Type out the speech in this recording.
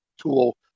tool